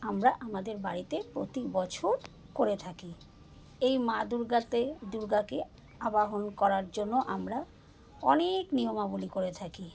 আমরা আমাদের বাড়িতে প্রতি বছর করে থাকি এই মা দুর্গাতে দুর্গাকে আবাহন করার জন্য আমরা অনেক নিয়মাবলী করে থাকি